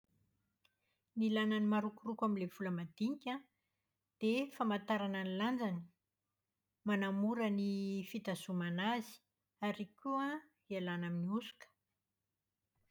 Ny ilana ny marokoroko amin'ilay vola madinika an, dia famantarana ny lanjany. Manamora ny fitazonana azy ary koa ialàna amin'ny hosoka.